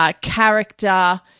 character –